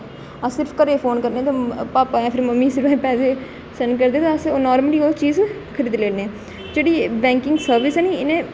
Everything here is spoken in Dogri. अस सिर्फ घरे फोन करने ते पापा जां मम्मी गी पैसे सेंड करदे ते अस नॉर्मली ओह् चीज खरीदी लैने जेह्ड़ी बैंकिंग सर्विस ऐ नी इ'नें